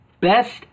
Best